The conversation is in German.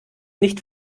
nicht